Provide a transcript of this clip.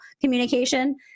communication